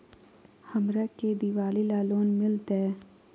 हमरा के दिवाली ला लोन मिलते?